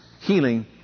healing